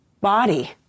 body